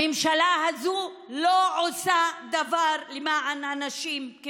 הממשלה הזאת לא עושה דבר כמו שצריך למען הנשים.